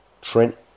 Trent